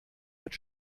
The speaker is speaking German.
wird